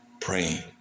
Praying